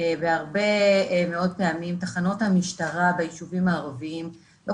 בהרבה מאוד פעמים תחנות המשטרה ביישובים הערביים לא